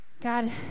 God